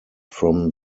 from